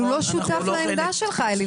אבל הוא לא שותף לעמדה שלך, עלי.